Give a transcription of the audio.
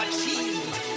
Achieve